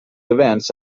events